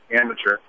amateur